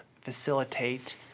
facilitate